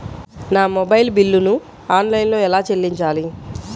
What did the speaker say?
నా మొబైల్ బిల్లును ఆన్లైన్లో ఎలా చెల్లించాలి?